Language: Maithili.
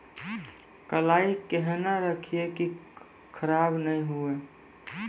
कलाई केहनो रखिए की खराब नहीं हुआ?